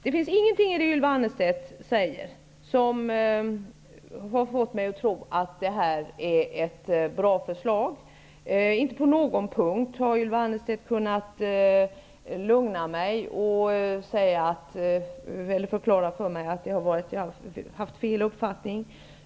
Det finns ingenting i det Ylva Annerstedt säger som har fått mig att tro att detta är ett bra förslag. Inte på någon punkt har Ylva Annerstedt kunnat lugna mig och förklara för mig att jag har haft fel uppfattning.